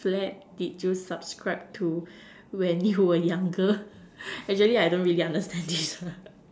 fad did you subscribe to when you were younger actually I don't really understand this